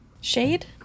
Shade